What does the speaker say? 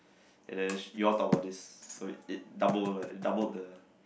and then you all talk about this so it it double it doubled the